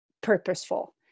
purposeful